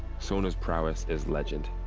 sona's prowess is legend.